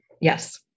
Yes